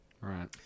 Right